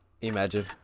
Imagine